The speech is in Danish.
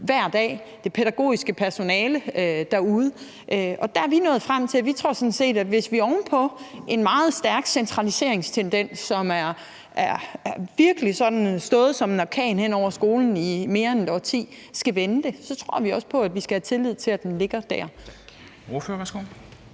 hver dag er afhængige af deres ledelse? Der er vi nået frem til at tro på, at hvis vi oven på en meget stærk centraliseringstendens, som virkelig er gået som en orkan hen over skolen i mere end et årti, skal vende udviklingen, skal vi have tillid til, at det er dér,